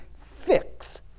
fix